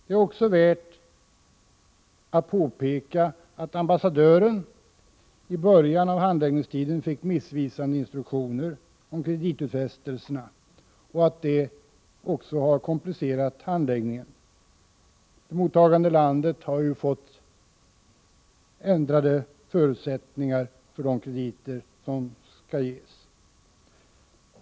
Det är också värt att påpeka att ambassadören i början av handläggningstiden fick missvisande instruktioner om kreditutfästelserna, och att det också har komplicerat handläggningen. Det mottagande landet har ju fått ändrade förutsättningar för de krediter som skall ges.